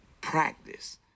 practice